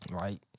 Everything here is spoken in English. right